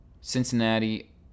Cincinnati